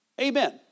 Amen